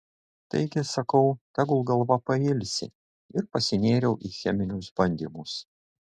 taigi sakau tegul galva pailsi ir pasinėriau į cheminius bandymus